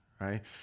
Right